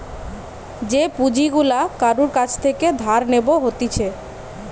যে পুঁজি গুলা কারুর কাছ থেকে ধার নেব হতিছে